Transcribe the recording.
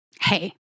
hey